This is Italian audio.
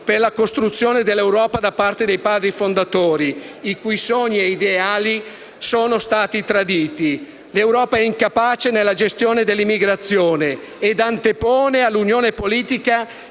per la costruzione dell'Europa da parte dei Padri fondatori, i cui sogni e ideali sono stati traditi. L'Europa è incapace nella gestione dell'immigrazione, ed antepone all'unione politica